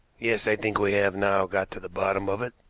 yes, i think we have now got to the bottom of it.